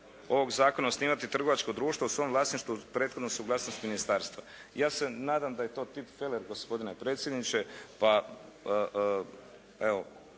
ovog zakona osnivati trgovačko društvo u svom vlasništvu uz prethodnu suglasnost ministarstva. Ja se nadam da je to tipfeler gospodine predsjedniče, pa evo